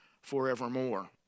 forevermore